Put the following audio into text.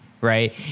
Right